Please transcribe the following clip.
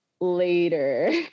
Later